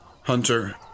Hunter